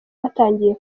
watangiye